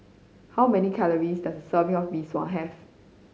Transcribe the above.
how many calories does a serving of Mee Sua have